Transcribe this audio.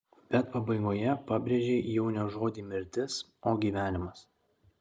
bet pabaigoje pabrėžei jau ne žodį mirtis o gyvenimas